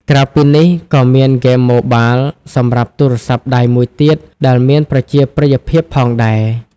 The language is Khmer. ក្រៅពីនេះ ក៏មានហ្គេមម៉ូបាល សម្រាប់ទូរសព្ទដៃមួយទៀតដែលមានប្រជាប្រិយភាពផងដែរ។